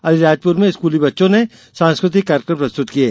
अलीराजपुर में स्कूली बच्चों ने सांस्कृतिक कार्यक्रम प्रस्तृत किये